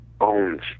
owns